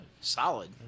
Solid